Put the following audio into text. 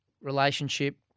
relationship